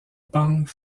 banque